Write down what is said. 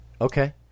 Okay